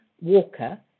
Walker